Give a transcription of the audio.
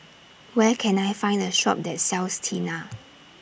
Where Can I Find A Shop that sells Tena